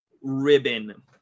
ribbon